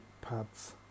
pads